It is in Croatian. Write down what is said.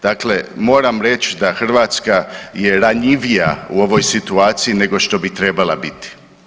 Dakle, moram reći da Hrvatska je ranjivija u ovoj situaciji nego što bi trebala biti.